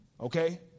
okay